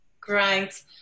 Great